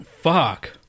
Fuck